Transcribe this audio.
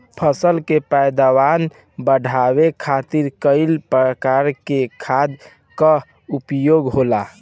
फसल के पैदावार बढ़ावे खातिर कई प्रकार के खाद कअ उपयोग होला